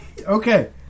Okay